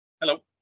Hello